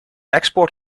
export